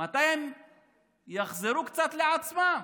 מתי הם יחזרו קצת לעצמם.